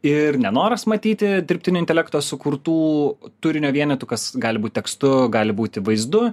ir nenoras matyti dirbtinio intelekto sukurtų turinio vienetų kas gali būt tekstu gali būti vaizdu